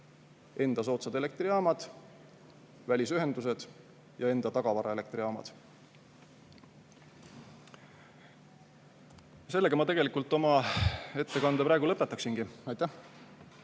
enda soodsad elektrijaamad, välisühendused ja enda tagavaraelektrijaamad. Sellega ma oma ettekande praegu lõpetaksin. Aitäh!